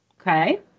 Okay